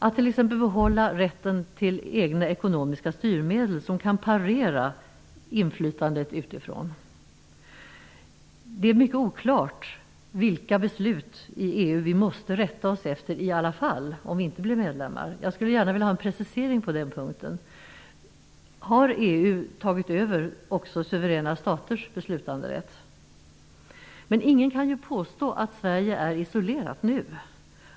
Det kan gälla rätten att behålla egna ekonomiska styrmedel som parerar inflytandet utifrån. Det är mycket oklart vilka beslut i EU vi måste rätta oss efter i alla fall om Sverige inte blir medlem. Jag vill gärna ha en precisering på den punkten. Har EU tagit över också suveräna staters beslutanderätt? Ingen kan påstå att Sverige är isolerat nu.